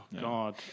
god